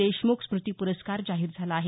देशमुख स्मुती पुरस्कार जाहीर झाला आहे